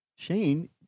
Shane